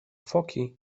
foki